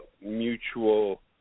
mutual